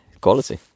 quality